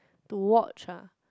to watch ah